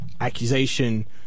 accusation